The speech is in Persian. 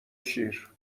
شیر